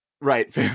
Right